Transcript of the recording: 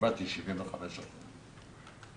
וקיבלתי 75% נכות.